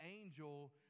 angel